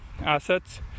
assets